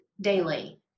daily